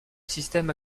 système